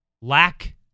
lack